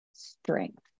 strength